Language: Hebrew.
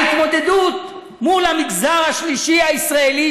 ההתמודדות מול המגזר השלישי הישראלי,